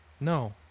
No